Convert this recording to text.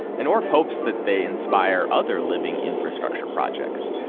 and orff hopes that they inspire other living infrastructure projects,